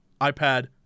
iPad